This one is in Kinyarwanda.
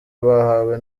bahawe